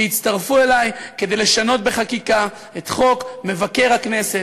שיצטרפו אלי כדי לחוקק את חוק מבקר הכנסת,